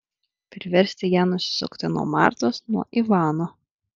priversti ją nusisukti nuo martos nuo ivano